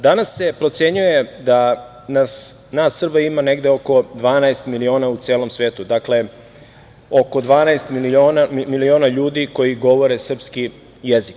Danas se procenjuje da nas Srba ima negde oko 12 miliona u celom svetu, dakle, oko 12 miliona ljudi koji govore srpski jezik.